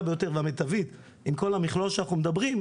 ביותר והמיטבית עם כל המכלול שאנחנו מדברים,